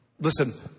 Listen